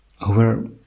over